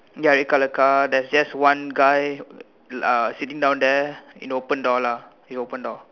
ya red colour car there's just one guy uh sitting down there in the open door lah the open door